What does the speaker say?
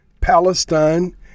Palestine